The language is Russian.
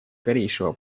скорейшего